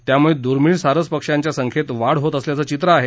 त्यामुळे दूर्मिळ सारस पक्ष्यांच्या संख्येत वाढ होत असल्याचं चित्र आहे